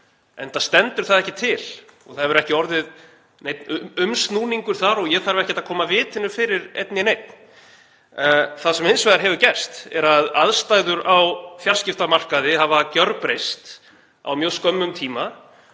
enda stendur það ekki til. Ekki hefur orðið neinn umsnúningur þar og ég þarf ekkert að koma vitinu fyrir einn né neinn. Það sem hefur hins vegar gerst er að aðstæður á fjarskiptamarkaði hafa gjörbreyst á mjög skömmum tíma